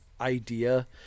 idea